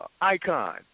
Icon